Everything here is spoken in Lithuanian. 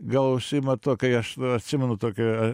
gal užsiima tuo kai aš atsimenu tokią